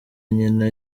nyina